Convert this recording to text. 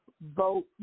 vote